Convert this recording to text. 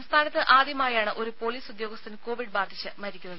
സംസ്ഥാനത്ത് ആദ്യമായാണ് ഒരു പൊലീസ് ഉദ്യോഗസ്ഥൻ കോവിഡ് ബാധിച്ച് മരിക്കുന്നത്